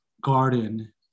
garden